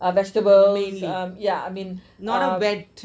mainly oh